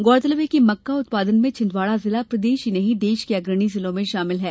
गौरतलब है कि मक्का उत्पादन में छिन्दवाडा जिला प्रदेश ही नहीं देश के अग्रणी जिलों में शामिल है